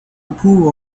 approve